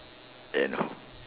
then